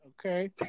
okay